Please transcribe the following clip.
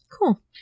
Cool